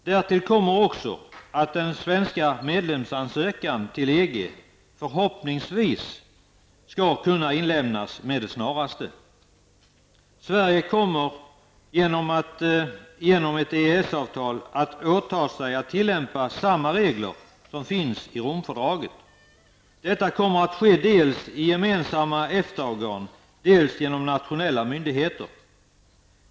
Därtill kommer också att den svenska medlemsansökan till EG förhoppningsvis skall kunna inlämnas med det snaraste. Sverige kommer enligt ett EES-avtal att åta sig att tillämpa samma regler som de som återfinns i Romfördraget. Detta kommer att ske dels i gemensamma EFTA-organ, dels genom nationella myndigheter.